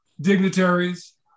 dignitaries